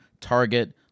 Target